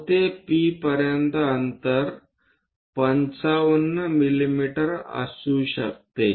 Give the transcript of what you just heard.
O ते P पर्यंत अंतर 55 मिमी असू शकते